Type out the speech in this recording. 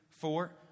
four